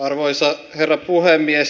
arvoisa herra puhemies